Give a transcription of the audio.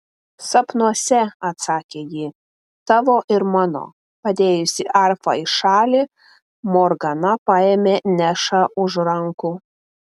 sapnuose atsakė ji tavo ir mano padėjusi arfą į šalį morgana paėmė nešą už rankų